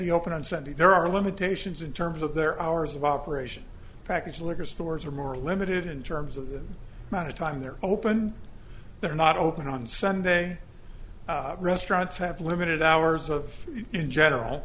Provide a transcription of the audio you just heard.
be open on sunday there are limitations in terms of their hours of operation package liquor stores are more limited in terms of the amount of time they're open they're not open on sunday restaurants have limited hours of in general